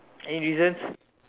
any reasons